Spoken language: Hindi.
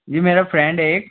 जी मेरा फ्रेंड है एक